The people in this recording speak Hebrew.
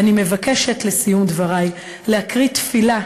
ואני מבקשת בסיום דברי להקריא תפילה